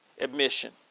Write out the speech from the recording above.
admission